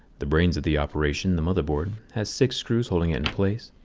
the brains of the operation, the motherboard, has six screws holding it in place.